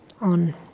on